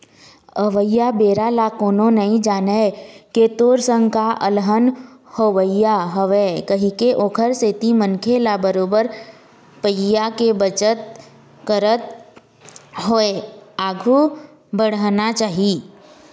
अवइया बेरा ल कोनो नइ जानय के तोर संग काय अलहन होवइया हवय कहिके ओखर सेती मनखे ल बरोबर पइया के बचत करत होय आघु बड़हना चाही